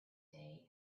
day